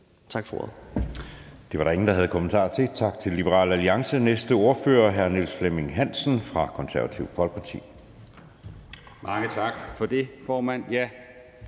(Jeppe Søe): Det var der ingen der havde kommentarer til. Tak til Liberal Alliance. Næste ordfører er hr. Niels Flemming Hansen fra Det Konservative Folkeparti. Kl. 17:35 (Ordfører)